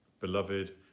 Beloved